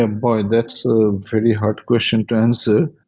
ah boy, that's a very hard question to answer.